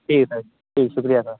ٹھیک ہے سر جی شکریہ سر